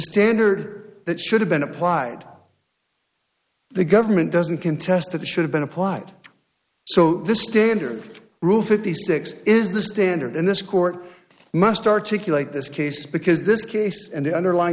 standard that should have been applied the government doesn't contest that should've been applied so the standard rule fifty six is the standard and this court must articulate this case because this case and the underlyin